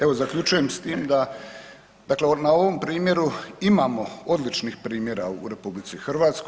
Evo zaključujem s tim da na ovom primjeru imamo odličnih primjera u RH.